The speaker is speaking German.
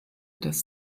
das